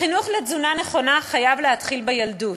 החינוך לתזונה נכונה חייב להתחיל בילדות.